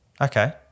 Okay